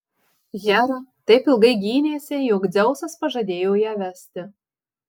hera taip ilgai gynėsi jog dzeusas pažadėjo ją vesti